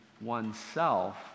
oneself